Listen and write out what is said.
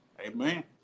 Amen